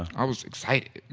i was excited!